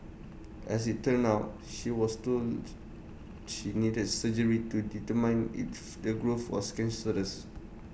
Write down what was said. as IT turned out she was told she needed surgery to determine if the growth was cancerous